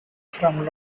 from